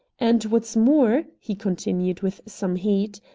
and, what's more, he continued, with some heat,